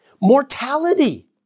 Mortality